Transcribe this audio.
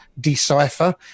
decipher